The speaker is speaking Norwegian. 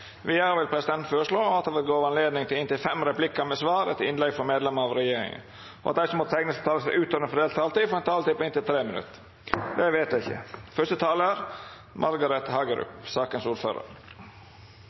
Vidare vil presidenten føreslå at det vert gjeve anledning til fem replikkar med svar etter innlegg frå medlemer av regjeringa, og at dei som måtte teikna seg på talarlista utover den fordelte taletida, får ei taletid på inntil 3 minutt. – Det er